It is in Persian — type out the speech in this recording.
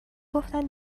گفتن